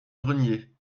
grenier